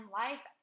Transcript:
life